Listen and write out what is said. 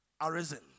arisen